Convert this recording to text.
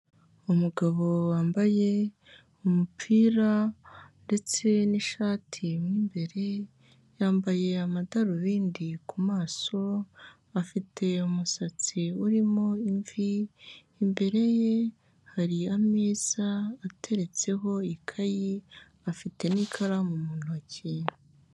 Umugabo wambaye umupira ndetse n'ishati mo imbere, yambaye amadarubindi ku maso, afite umusatsi urimo imvi, imbere ye hari ameza ateretseho ikayi, afite n'ikaramu mu ntoki.